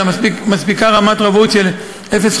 אלא מספיקה רמת רובאות של 05,